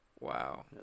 Wow